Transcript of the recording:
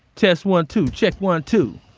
test one-two, check one-two.